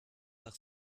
par